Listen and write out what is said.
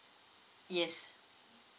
yes